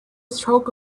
stroke